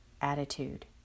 attitude